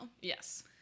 Yes